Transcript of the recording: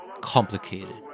complicated